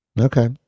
Okay